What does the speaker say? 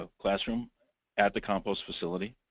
ah classroom at the compost facility.